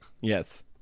Yes